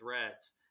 threats